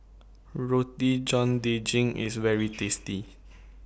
Roti John Daging IS very tasty